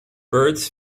birds